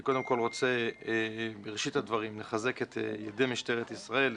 אני קודם כל רוצה בראשית הדברים לחזק את ידי משטרת ישראל,